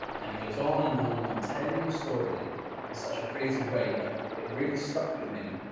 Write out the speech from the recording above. and it goes on and on and on, telling a story in such a creative way that it really stuck with me.